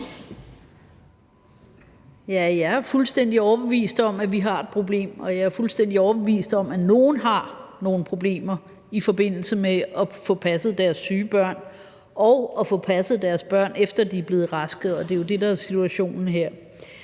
Jeg er fuldstændig overbevist om, at vi har et problem, og jeg er fuldstændig overbevist om, at nogen har nogle problemer i forbindelse med at få passet deres syge børn og med at få passet deres børn, efter de er blevet raske, og det er jo det, der er situationen her.